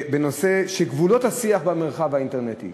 שהיא: גבולות השיח במרחב האינטרנטי.